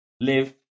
live